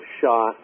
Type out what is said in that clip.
shot